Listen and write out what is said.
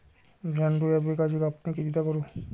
झेंडू या पिकाची कापनी कितीदा करू?